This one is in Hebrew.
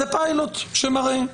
זה פיילוט שמראה.